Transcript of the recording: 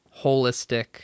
holistic